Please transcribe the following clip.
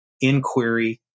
inquiry